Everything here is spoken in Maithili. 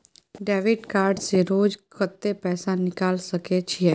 डेबिट कार्ड से रोज कत्ते पैसा निकाल सके छिये?